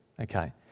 Okay